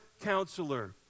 counselor